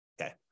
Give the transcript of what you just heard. Okay